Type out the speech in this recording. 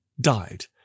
died